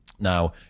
Now